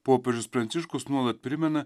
popiežius pranciškus nuolat primena